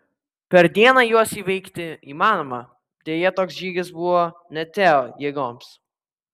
per dieną juos įveikti įmanoma deja toks žygis buvo ne teo jėgoms